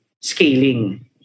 scaling